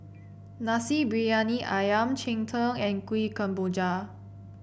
Nasi Briyani ayam Cheng Tng and Kuih Kemboja